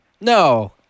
no